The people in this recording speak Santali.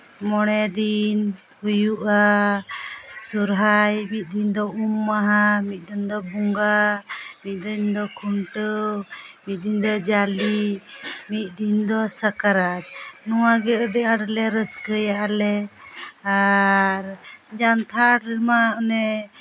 ᱢᱚᱬᱮ ᱫᱤᱱ ᱦᱩᱭᱩᱜᱼᱟ ᱥᱚᱨᱦᱟᱭ ᱢᱤᱫ ᱫᱤᱱ ᱫᱚ ᱩᱢ ᱢᱟᱦᱟ ᱢᱤᱫ ᱫᱤᱱ ᱫᱚ ᱵᱚᱸᱜᱟ ᱢᱤᱫ ᱫᱤᱱ ᱫᱚ ᱠᱷᱩᱱᱴᱟᱹᱣ ᱢᱤᱫ ᱫᱤᱱ ᱫᱚ ᱡᱟᱞᱮ ᱢᱤᱫ ᱫᱤᱱ ᱫᱚ ᱥᱟᱠᱨᱟᱛ ᱱᱚᱣᱟᱜᱮ ᱟᱹᱰᱤ ᱟᱸᱴᱞᱮ ᱨᱟᱹᱥᱠᱟᱹᱭᱟᱞᱮ ᱟᱨ ᱡᱟᱱᱛᱷᱟᱲ ᱨᱮᱢᱟ ᱚᱱᱮ